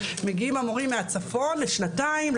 מגיעים מורים מהצפון לשנתיים,